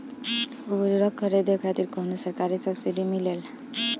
उर्वरक खरीदे खातिर कउनो सरकारी सब्सीडी मिलेल?